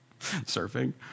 surfing